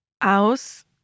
Aus